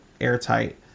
airtight